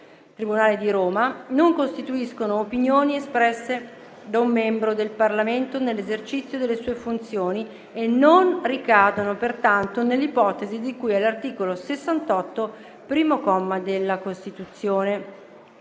Tribunale di Roma, non costituiscono opinioni espresse da un membro del Parlamento nell'esercizio delle sue funzioni e non ricadono pertanto nell'ipotesi di cui all'articolo 68, primo comma, della Costituzione.